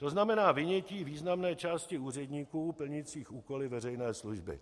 To znamená vynětí významné části úředníků plnících úkoly veřejné služby.